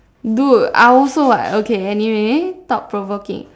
dude I also [what] okay anyway thought provoking